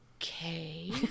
okay